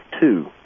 two